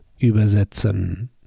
übersetzen